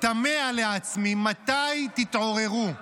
תמה לעצמי, מתי תתעוררו?